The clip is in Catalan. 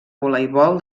voleibol